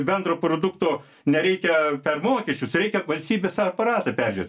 bendro produkto nereikia per mokesčius reikia valstybės aparatą peržiūrėt